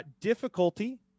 difficulty